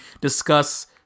discuss